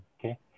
okay